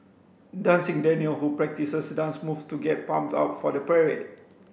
dancing Daniel who practices dance moves to get pumped up for the parade